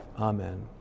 amen